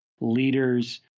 leaders